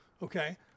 Okay